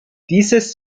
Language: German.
dieses